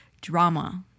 drama